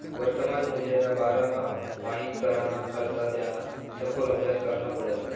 वर्तमान मूल्यना बारामा माहित कराना करता त्याना सखोल आभ्यास करना पडस